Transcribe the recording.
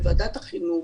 בוועדת החינוך,